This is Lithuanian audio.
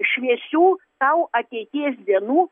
šviesių tau ateities dienų